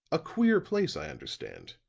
a queer place, i understand.